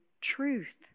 truth